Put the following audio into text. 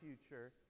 future